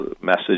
message